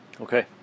Okay